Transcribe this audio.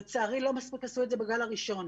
לצערי, לא מספיק עשו את זה בגל הראשון.